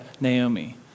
Naomi